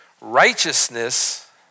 Righteousness